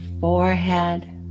forehead